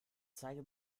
zeige